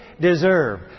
deserve